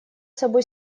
собой